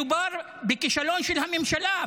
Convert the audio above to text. מדובר בכישלון של הממשלה.